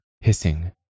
hissing